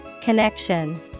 Connection